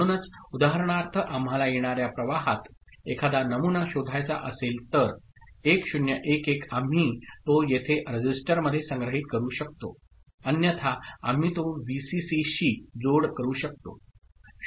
म्हणूनच उदाहरणार्थ आम्हाला येणार्या प्रवाहात एखादा नमुना शोधायचा असेल तर 1 0 1 1 आम्ही तो येथे रजिस्टरमध्ये संग्रहित करू शकतो अन्यथा आम्ही तो व्हीसीसीशी जोड करू शकतो